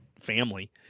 family